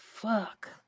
fuck